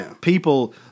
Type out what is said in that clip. People